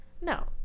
No